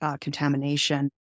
contamination